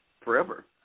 forever